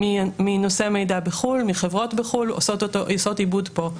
מנושאי מידע בחו"ל, מחברות בחו"ל עושות עיבוד פה.